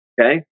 Okay